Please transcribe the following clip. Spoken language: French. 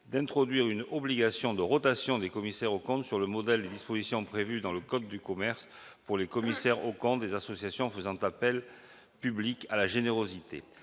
à introduire une obligation de rotation des commissaires aux comptes sur le modèle des dispositions prévues dans le code de commerce pour les commissaires aux comptes des associations faisant appel public à la générosité.